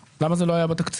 למה זה לא היה בתקציב?